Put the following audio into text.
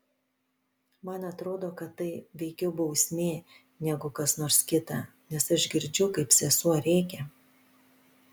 man atrodo kad tai veikiau bausmė negu kas nors kita nes aš girdžiu kaip sesuo rėkia